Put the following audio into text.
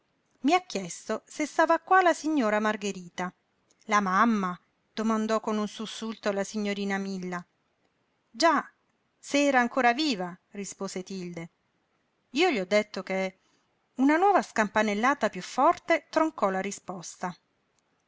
i ha chiesto se stava qua la signora margherita la mamma domandò con un sussulto la signorina milla già se era ancora viva rispose tilde io gli ho detto che una nuova scampanellata piú forte troncò la risposta